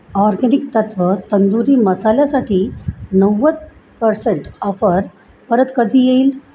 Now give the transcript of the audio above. organic तत्त्व तंदुरी मसाल्यासाठी नव्वद पर्सेंट ऑफर परत कधी येईल